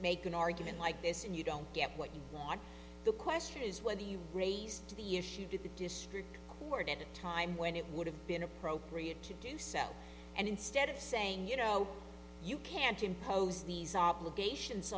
make an argument like this and you don't get what you want the question is whether you raise the issue to the district court at a time when it would have been appropriate to do so and instead of saying you know you can't impose these obligations